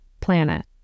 planet